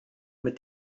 mit